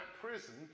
prison